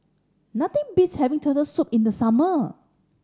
nothing beats having Turtle Soup in the summer